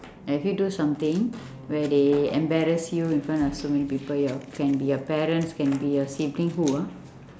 have you do something where they embarrass you in front of so many people your can be your parents can be your sibling who ah